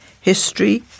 history